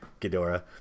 Ghidorah